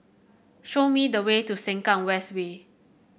show me the way to Sengkang West Way